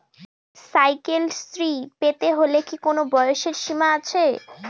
Cycle Shri পেতে হলে কি কোনো বয়সের সীমা আছে?